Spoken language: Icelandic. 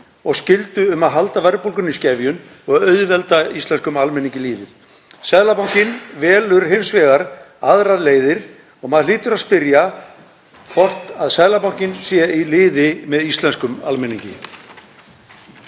og skyldu um að halda verðbólgunni í skefjum og auðvelda íslenskum almenningi lífið. Seðlabankinn velur hins vegar aðrar leiðir og maður hlýtur að spyrja hvort Seðlabankinn sé í liði með íslenskum almenningi.